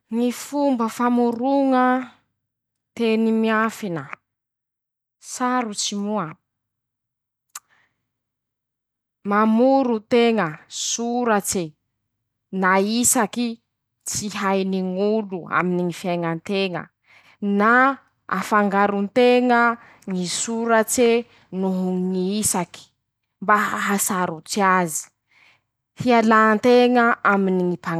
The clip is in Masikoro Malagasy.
Ñy fomba famoroña teny miafina, sarotsy moa: -Mamoro teña soratse na isaky tsy hainy ñ'olo aminy ñy fiaiña teña na afangaro nteña ñy soratse noho ñ'isaky mba ahasarots'azy, hiala nteña aminy ñy mpan..